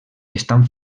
estan